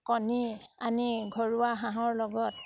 কণী আনি ঘৰুৱা হাঁহৰ লগত